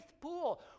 pool